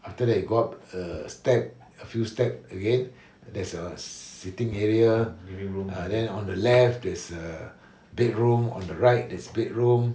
after that you go up a step a few step again there's a sitting area and then on the left there's a bedroom on the right there's a bedroom